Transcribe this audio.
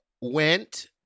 went